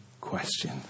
question